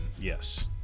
Yes